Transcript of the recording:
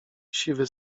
siwy